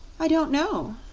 i don't know,